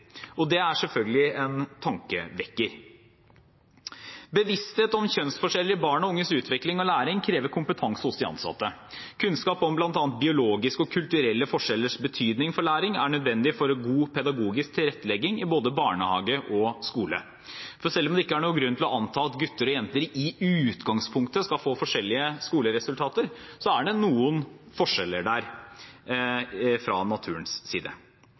snitt. Det er selvfølgelig en tankevekker. Bevissthet om kjønnsforskjeller i barn og unges utvikling og læring krever kompetanse hos de ansatte. Kunnskap om bl.a. biologiske og kulturelle forskjellers betydning for læring er nødvendig for god pedagogisk tilrettelegging i både barnehage og skole. Selv om det ikke er noen grunn til å anta at gutter og jenter i utgangspunktet skal få forskjellige skoleresultater, er det noen forskjeller fra naturens side.